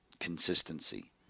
consistency